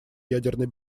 ядерной